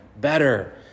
better